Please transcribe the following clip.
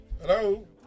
Hello